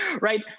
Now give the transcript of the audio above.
Right